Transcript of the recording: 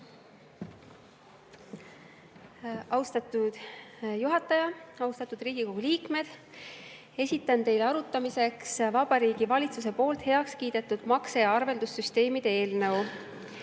Austatud juhataja! Austatud Riigikogu liikmed! Esitan teile arutamiseks Vabariigi Valitsuse heakskiidetud makse‑ ja arveldussüsteemide